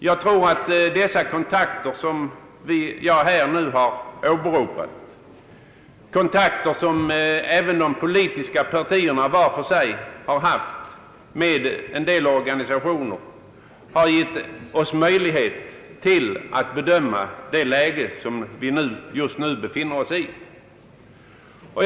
Jag tror att de kontakter som jag nu åberopat, kontakter som även de politiska partierna var för sig haft med en del organisationer, har gett oss möjlighet att bedöma det läge vi just nu befinner oss i.